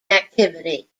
activity